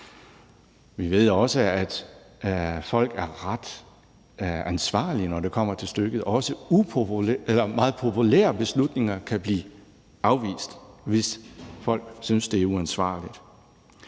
Vi ved også, at folk er ret ansvarlige, når det kommer til stykket; og også meget populære beslutninger kan blive afvist, hvis folk synes det er uansvarligt.